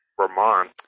Vermont